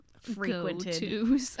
frequented